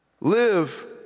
live